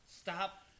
stop